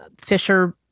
fisher